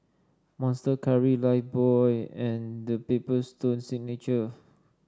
Monster Curry Lifebuoy and The Paper Stone Signature